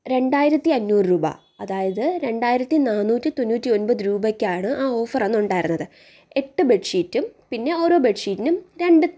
രണ്ടായിരത്തി അഞ്ഞൂറ് രൂപ അതായത് രണ്ടായിരത്തി നാന്നൂറ്റി തൊണ്ണൂറ്റി ഒമ്പത് രൂപയ്ക്കാണ് ആ ഓഫർ അന്ന് ഉണ്ടായിരുന്നത് എട്ടു ബെഡ് ഷീറ്റും പിന്നെ ഓരോ ബെഡ് ഷീറ്റിനും രണ്ട്